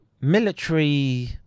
military